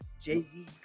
Jay-Z